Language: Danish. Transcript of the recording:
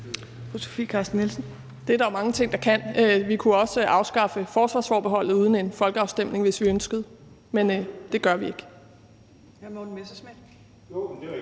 Det er der jo mange ting der kan. Vi kunne også afskaffe forsvarsforbeholdet uden en folkeafstemning, hvis vi ønskede det, men det gør vi ikke.